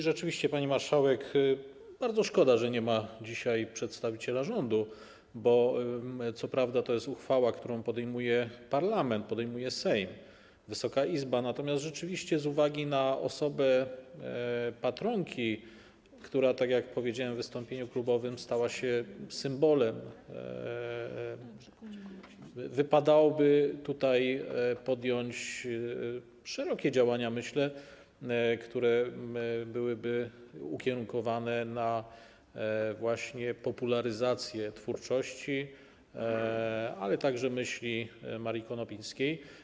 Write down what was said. Rzeczywiście, pani marszałek, bardzo szkoda, że nie ma dzisiaj przedstawiciela rządu, bo co prawda to jest uchwała, którą podejmuje parlament, podejmuje Sejm, Wysoka Izba, ale rzeczywiście z uwagi na osobę patronki, która tak jak powiedziałem w wystąpieniu klubowym, stała się symbolem, wypadałoby podjąć szerokie działania, myślę, które byłyby ukierunkowane właśnie na popularyzację twórczości, ale także myśli Marii Konopnickiej.